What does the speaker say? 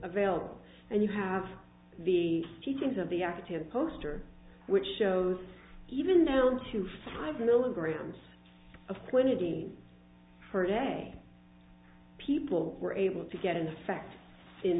available and you have the teachings of the active poster which shows even down to five milligrams of quinidine per day people were able to get an effect in